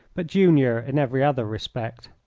but junior in every other respect.